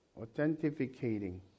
authenticating